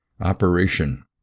Operation